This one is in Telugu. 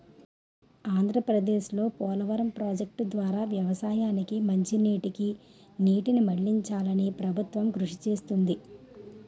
ఆంధ్రప్రదేశ్లో పోలవరం ప్రాజెక్టు ద్వారా వ్యవసాయానికి మంచినీటికి నీటిని మళ్ళించాలని ప్రభుత్వం కృషి చేస్తుంది